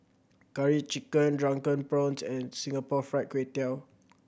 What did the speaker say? Curry Chicken Drunken Prawns and Singapore Fried Kway Tiao